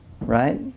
right